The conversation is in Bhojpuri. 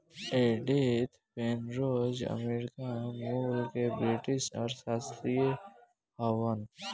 एडिथ पेनरोज अमेरिका मूल के ब्रिटिश अर्थशास्त्री हउवन